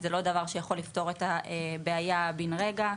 זה לא דבר שיכול לפתור את הבעיה ברגע אחד.